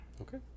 Okay